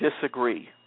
disagree